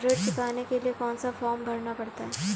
ऋण चुकाने के लिए कौन सा फॉर्म भरना पड़ता है?